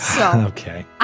Okay